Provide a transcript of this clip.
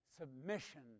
submission